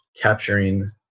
capturing